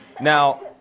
Now